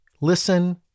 Listen